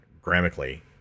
grammatically